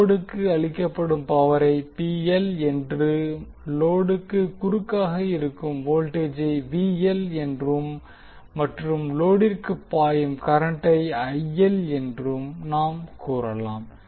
லோடுக்கு அளிக்கப்படும் பவரை என்றும் லோடுக்கு குறுக்காக இருக்கும் வோல்டேஜை என்றும் மற்றும் லோடிற்குள் பாயும் கரண்டை என்றும் நாம் கூறலாம்